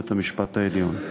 בית-המשפט העליון.